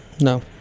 no